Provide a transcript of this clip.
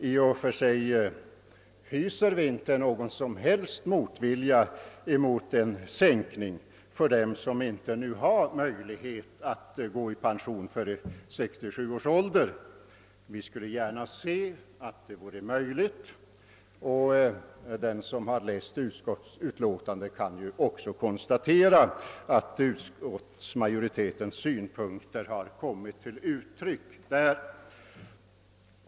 I och för sig hyser vi inte någon som helst motvilja mot en sänkning av pensionsåldern för dem som inte har någon möjlighet att gå i pension före 67 års ålder. Vi skulle gärna se att detta vore möjligt, och den som har läst utskottsutlåtandet kan också konstatera att utskottmajoritetens synpunkter där har kommit till uttryck.